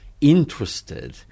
interested